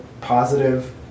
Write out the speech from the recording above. positive